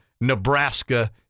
nebraska